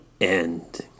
end